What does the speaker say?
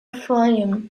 fayoum